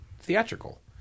theatrical